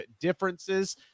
differences